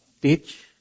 teach